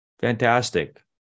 fantastic